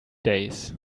days